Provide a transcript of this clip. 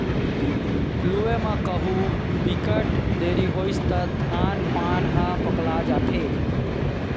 लूए म कहु बिकट देरी होइस त धान पान ह पकला जाथे